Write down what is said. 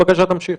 בבקשה, תמשיך.